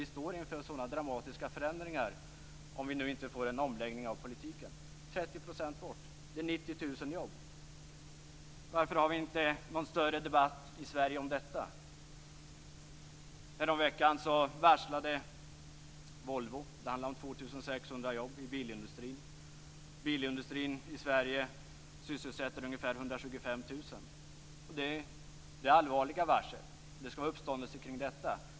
Vi står inför sådana dramatiska förändringar om vi inte får en omläggning av politiken. 30 % bort betyder 90 000 jobb. Varför har vi inte någon större debatt i Sverige om detta? Härom veckan varslade Volvo. Det handlade om 2 600 jobb i bilindustrin. Bilindustrin i Sverige sysselsätter ungefär 125 000 personer. Det är allvarliga varsel. Det skall vara uppståndelse kring detta.